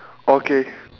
okay